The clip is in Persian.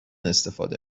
استفاده